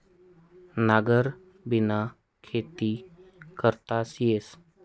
नांगरबिना खेती करता येस